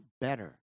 better